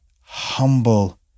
humble